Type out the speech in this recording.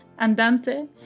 Andante